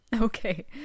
Okay